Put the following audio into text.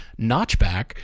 notchback